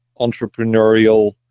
entrepreneurial